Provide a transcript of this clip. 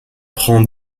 prend